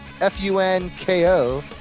F-U-N-K-O